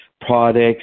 products